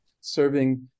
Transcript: serving